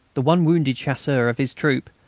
the one wounded chasseur of his troop,